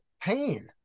pain